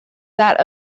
that